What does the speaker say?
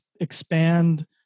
expand